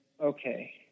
okay